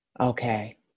Okay